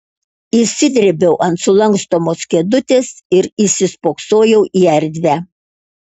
išsidrėbiau ant sulankstomos kėdutės ir įsispoksojau į erdvę